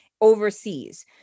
overseas